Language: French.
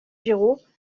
giraud